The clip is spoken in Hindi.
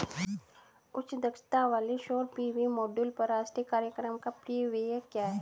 उच्च दक्षता वाले सौर पी.वी मॉड्यूल पर राष्ट्रीय कार्यक्रम का परिव्यय क्या है?